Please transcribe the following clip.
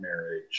marriage